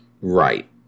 Right